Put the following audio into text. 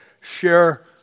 share